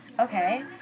Okay